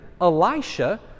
Elisha